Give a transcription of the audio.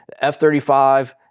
F-35